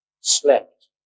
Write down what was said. slept